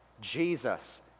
Jesus